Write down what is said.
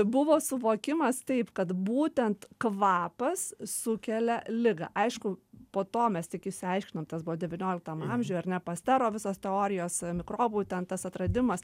buvo suvokimas taip kad būtent kvapas sukelia ligą aišku po to mes tik išsiaiškinom tas buvo devynioliktam amžiuj ar ne pastero visos teorijos mikrobų ten tas atradimas